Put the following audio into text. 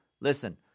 Listen